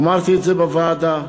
אמרתי את זה בוועדה: